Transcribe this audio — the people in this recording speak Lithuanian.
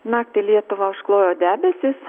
naktį lietuvą užklojo debesys